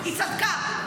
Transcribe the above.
היא צדקה.